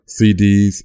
CDs